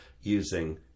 using